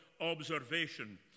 observation